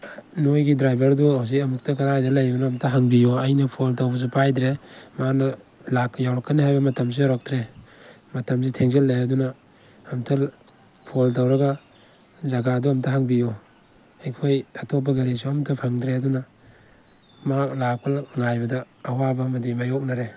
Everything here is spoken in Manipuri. ꯅꯣꯏꯒꯤ ꯗ꯭ꯔꯥꯏꯚꯔꯗꯣ ꯍꯧꯖꯤꯛ ꯑꯝꯇ ꯀꯗꯥꯏꯗ ꯂꯩꯕꯅꯣ ꯑꯝꯇ ꯍꯪꯕꯤꯌꯨ ꯑꯩꯅ ꯐꯣꯟ ꯇꯧꯕꯁꯨ ꯄꯥꯏꯗ꯭ꯔꯦ ꯃꯥꯅ ꯌꯧꯔꯛꯀꯅꯤ ꯍꯥꯏꯕ ꯃꯇꯝꯗꯁꯨ ꯌꯧꯔꯛꯇ꯭ꯔꯦ ꯃꯇꯝꯁꯤ ꯊꯦꯡꯖꯤꯜꯂꯛꯑꯦ ꯑꯗꯨꯅ ꯑꯝꯇ ꯐꯣꯜ ꯇꯧꯔꯒ ꯖꯒꯥꯗꯨ ꯑꯝꯇꯥ ꯍꯪꯕꯤꯌꯨ ꯑꯩꯈꯣꯏ ꯑꯇꯣꯞꯄ ꯒꯥꯔꯤꯁ ꯑꯝꯇꯥ ꯐꯪꯗ꯭ꯔꯦ ꯑꯗꯨꯅ ꯃꯍꯥꯛ ꯂꯥꯛꯄꯅ ꯉꯥꯏꯕꯗ ꯑꯋꯥꯕ ꯑꯃꯗꯤ ꯃꯥꯏꯌꯣꯛꯅꯔꯦ